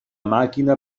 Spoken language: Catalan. màquina